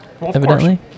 Evidently